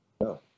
No